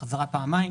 שחזרה פעמיים